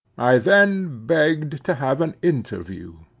i then begged to have an interview.